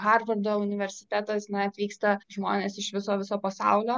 harvardo universitetas na atvyksta žmonės iš viso viso pasaulio